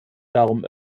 darum